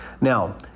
Now